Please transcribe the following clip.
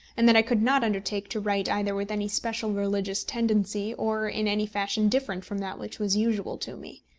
and that i could not undertake to write either with any specially religious tendency, or in any fashion different from that which was usual to me.